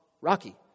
Rocky